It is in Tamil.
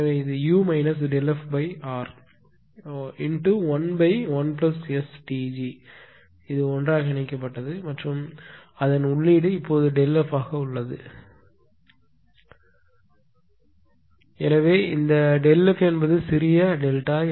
எனவே இது u ΔfR11STg ஒன்றாக இணைக்கப்பட்டது மற்றும் அதன் உள்ளீடு இப்போது Δf ஆக உள்ளது எனவே இந்த Δf என்பது சிறிய டெல்டா